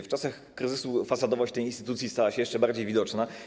W czasach kryzysu fasadowość tej instytucji stała się jeszcze bardziej widoczna.